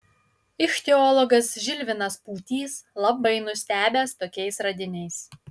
ichtiologas žilvinas pūtys labai nustebęs tokiais radiniais